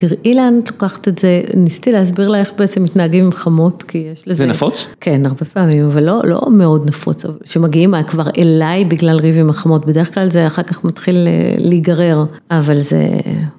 תראי לאן את לוקחת את זה, ניסיתי להסביר לה איך בעצם מתנהגים עם חמות, כי יש לזה... זה נפוץ? כן, הרבה פעמים. אבל לא לא מאוד נפוץ שמגיעים כבר אליי, בגלל ריב עם החמות. בדרך כלל זה אחר כך מתחיל להיגרר. אבל זה...